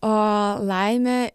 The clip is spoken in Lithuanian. o laimė